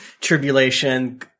tribulation